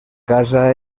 casa